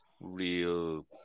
real